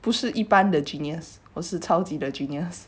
不是一般的 genius 我是超级的 genius